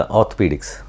orthopedics